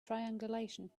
triangulation